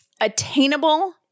Attainable